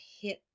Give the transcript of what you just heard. hit